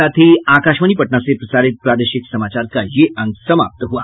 इसके साथ ही आकाशवाणी पटना से प्रसारित प्रादेशिक समाचार का ये अंक समाप्त हुआ